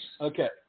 Okay